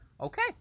okay